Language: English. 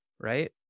right